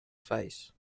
face